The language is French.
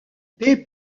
paie